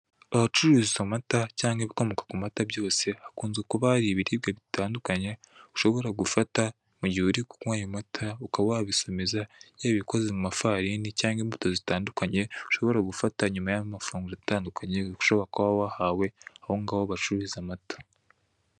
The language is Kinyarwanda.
Ahacururiza amata cyangwa ibikomoka ku mata byose, hakunze kuba ibiribwa bitandukanye ushobora gufata mu gihe uri kunywa ayo mata ukaba wabisomeza, yaba ibikoze mu mafarini cyangwa imbuto zitandukanye, ushobora gufata nyuma y'amafunguro atandukanye, ushobora kuba wahawe aho ngaho bacururiza amata.